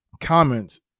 comments